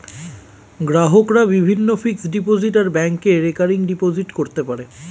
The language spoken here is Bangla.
গ্রাহকরা বিভিন্ন ফিক্সড ডিপোজিট আর ব্যাংকে রেকারিং ডিপোজিট করতে পারে